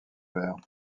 vert